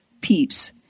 peeps